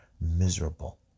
miserable